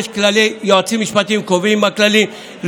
יועצים משפטיים קובעים את הכללים.